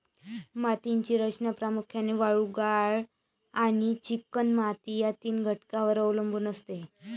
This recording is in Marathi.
मातीची रचना प्रामुख्याने वाळू, गाळ आणि चिकणमाती या तीन घटकांवर अवलंबून असते